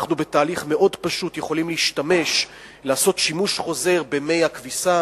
בתהליך מאוד פשוט אנחנו יכולים לעשות שימוש חוזר במי הכביסה,